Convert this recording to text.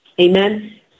Amen